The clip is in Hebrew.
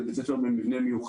זה בית ספר במבנה מיוחד,